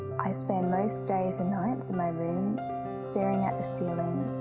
i spend most days and nights in my room staring at the ceiling,